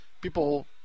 people